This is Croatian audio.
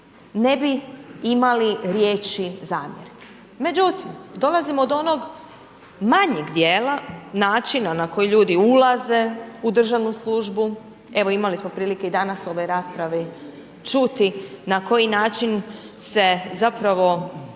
ne bi imali riječi zamjerke. Međutim, dolazimo do onog manjeg dijela načina na koji ljudi ulaze u državnu službu. Evo, imali smo prilike i danas u ovoj raspravi čuti na koji način se zapravo